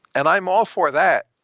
and i'm all for that.